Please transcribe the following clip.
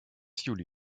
juli